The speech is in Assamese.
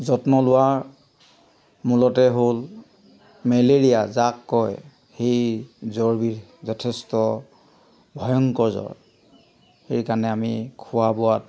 যত্ন লোৱাৰ মূলতে হ'ল মেলেৰিয়া যাক কয় সেই জ্বৰবিধ যথেষ্ট ভয়ংকৰ জ্বৰ সেইকাৰণে আমি খোৱা বোৱাত